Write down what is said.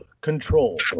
Control